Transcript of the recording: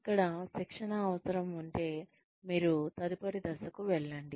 ఇక్కడ శిక్షణ అవసరం ఉంటే మీరు తదుపరి దశకు వెళ్లండి